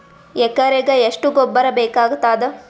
ಎಕರೆಗ ಎಷ್ಟು ಗೊಬ್ಬರ ಬೇಕಾಗತಾದ?